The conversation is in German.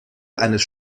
eines